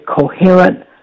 coherent